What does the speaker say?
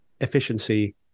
efficiency